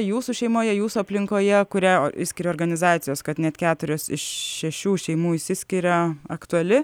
jūsų šeimoje jūsų aplinkoje kurią išskiria organizacijos kad net keturios iš šešių šeimų išsiskiria aktuali